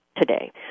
today